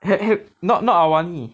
he~ he~ not not awani